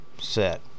set